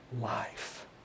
life